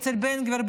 אצל בן גביר,